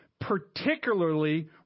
particularly